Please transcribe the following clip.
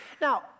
Now